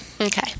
Okay